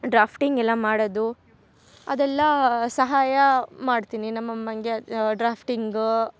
drafting ಎಲ್ಲ ಮಾಡೋದು ಅದೆಲ್ಲ ಸಹಾಯ ಮಾಡ್ತೀನಿ ನಮ್ಮ ಅಮ್ಮನಿಗೆ ಡ್ರಾಪ್ಟಿಂಗ್